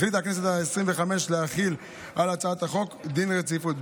הכנסת העשרים-וחמש החליטה להחיל על הצעת החוק דין רציפות.